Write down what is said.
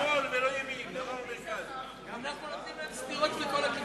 אנחנו נותנים להם סטירות מכל הכיוונים.